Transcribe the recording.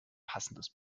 passendes